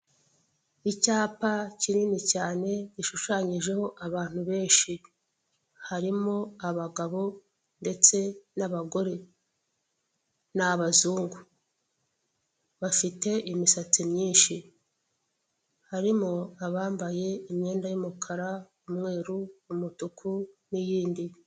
Icyapa kinini cyane gishushanyijeho abantu benshi, harimo abagabo n'abagore, ni abazungu, bafite imisatsi myinshi, harimo abambaye imyenda y'umukara, umweru, umutuku, n'iyindi.